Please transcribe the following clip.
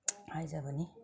ꯍꯥꯏꯖꯕꯅꯤ